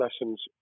lessons